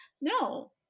No